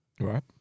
right